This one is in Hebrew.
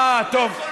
אה, טוב.